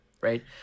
right